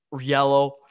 yellow